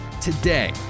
Today